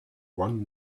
one